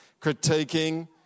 critiquing